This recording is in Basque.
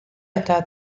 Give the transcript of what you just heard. eta